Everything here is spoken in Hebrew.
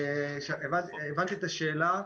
הבנתי את השאלה.